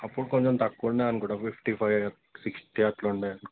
అప్పుడు కొంచెం తక్కువ ఉండే అనుకుంటాను ఫిఫ్టీ ఫైవ్ సిక్స్టీ అట్ల ఉండే